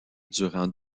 durant